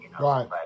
Right